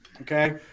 Okay